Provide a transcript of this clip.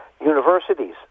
universities